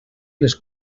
les